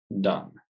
done